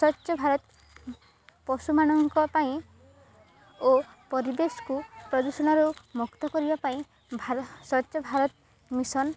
ସ୍ୱଚ୍ଛ ଭାରତ ପଶୁମାନଙ୍କ ପାଇଁ ଓ ପରିବେଶକୁ ପ୍ରଦୂଷଣରୁ ମୁକ୍ତ କରିବା ପାଇଁ ସ୍ୱଚ୍ଛ ଭାରତ ମିଶନ